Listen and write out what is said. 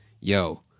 yo